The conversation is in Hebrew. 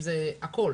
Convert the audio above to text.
הכל.